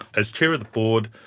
as chair of the board,